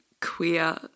queer